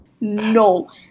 no